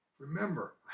Remember